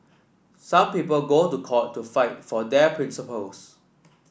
some people go to court to fight for their principles